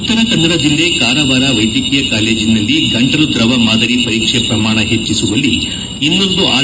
ಉತ್ತರ ಕನ್ನಡ ಜಿಲ್ಲೆ ಕಾರವಾರ ವೈದ್ಯಕೀಯ ಕಾಲೇಜಿನಲ್ಲಿ ಗಂಟಲು ದ್ರವ ಮಾದರಿ ಪರೀಕ್ಷೆ ಪ್ರಮಾಣ ಹೆಚ್ಚಿಸುವಲ್ಲಿ ಇನ್ನೊಂದು ಆರ್